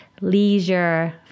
leisure